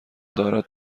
دارد